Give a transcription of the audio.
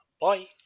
bye